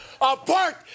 apart